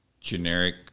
generic